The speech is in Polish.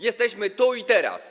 Jesteśmy tu i teraz.